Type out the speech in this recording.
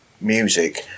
music